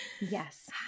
Yes